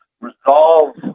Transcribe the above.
resolve